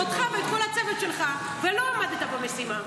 אותך ואת כל הצוות שלך, ולא עמדת במשימה.